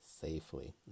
safely